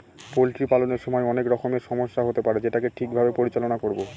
poultry পালনের সময় অনেক রকমের সমস্যা হতে পারে যেটাকে ঠিক ভাবে পরিচালনা করবো